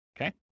okay